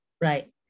right